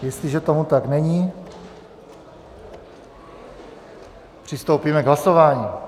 Jestliže tomu tak není, přistoupíme k hlasování.